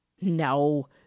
No